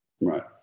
Right